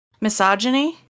misogyny